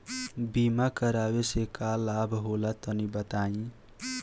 बीमा करावे से का लाभ होला तनि बताई?